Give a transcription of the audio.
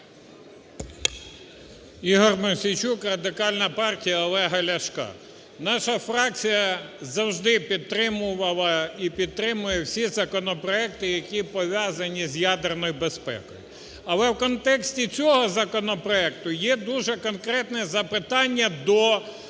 Ігор Мосійчук, Радикальна партія Олега Ляшка. Наша фракція завжди підтримувала і підтримує всі законопроекти, які пов'язані з ядерною безпекою. Але в контексті цього законопроекту є дуже конкретне запитання що міністра